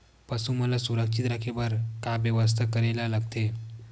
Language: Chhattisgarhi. पशु मन ल सुरक्षित रखे बर का बेवस्था करेला लगथे?